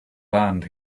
land